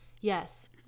yes